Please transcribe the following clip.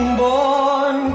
born